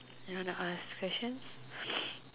you wanna ask questions